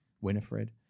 Winifred